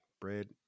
bread